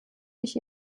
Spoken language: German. ich